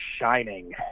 shining